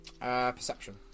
Perception